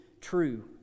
true